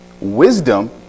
Wisdom